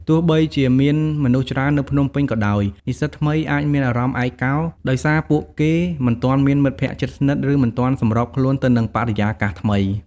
ទោះបីជាមានមនុស្សច្រើននៅភ្នំពេញក៏ដោយ និស្សិតថ្មីអាចមានអារម្មណ៍ឯកោ ដោយសារពួកគេមិនទាន់មានមិត្តភក្តិជិតស្និទ្ធ ឬមិនទាន់សម្របខ្លួនទៅនឹងបរិយាកាសថ្មី។